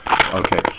Okay